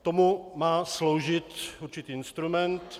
Tomu má sloužit určitý instrument.